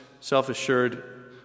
self-assured